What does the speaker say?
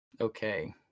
Okay